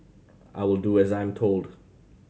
I will do as I'm told